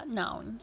noun